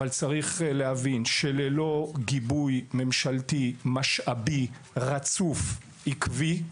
אבל צריך להבין שללא גיבוי ממשלתי משאבי רצוף ועקבי,